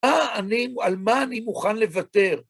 ע... מה... על מה אני מוכן לוותר?